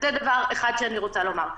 זה דבר אחד שאני רוצה לומר.